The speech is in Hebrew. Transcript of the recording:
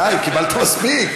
די, קיבלת מספיק.